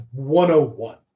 101